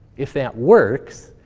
if that works,